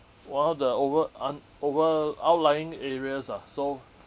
one of the over un~ over outlying areas ah so